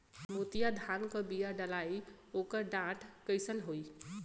मोतिया धान क बिया डलाईत ओकर डाठ कइसन होइ?